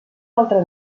altre